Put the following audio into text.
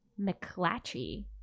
McClatchy